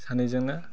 सानैजोंनो